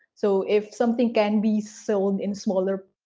so if something can be sold in smaller.